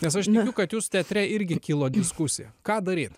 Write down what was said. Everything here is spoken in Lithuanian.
nes aš tikiu kad jūsų teatre irgi kilo diskusija ką daryt